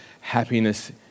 happiness